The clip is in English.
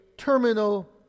terminal